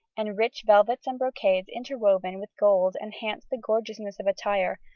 and rich velvets and brocades interwoven with gold enhanced the gorgeousness of attire,